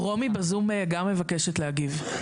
רומי בזום גם מבקשת להגיב.